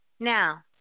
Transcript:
Now